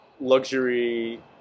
luxury